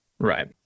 Right